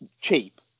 cheap